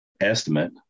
estimate